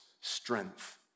strength